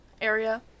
area